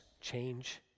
change